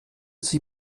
sie